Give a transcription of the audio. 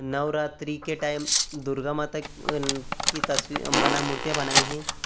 नवरात्रि के टाइम दुर्गा माता कि तस्वी बना मूर्तियाँ बनाई हैं